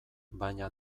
baina